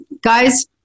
guys